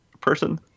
person